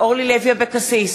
אורלי לוי אבקסיס,